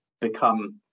become